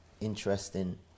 interesting